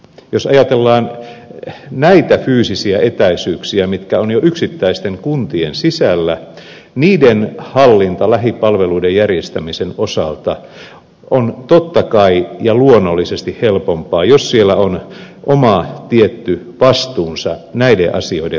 jos ajatellaan näitä fyysisiä etäisyyksiä mitkä ovat jo yksittäisten kuntien sisällä niiden hallinta lähipalveluiden järjestämisen osalta on totta kai ja luonnollisesti helpompaa jos siellä on oma tietty vastuunsa näiden asioiden hoitamisessa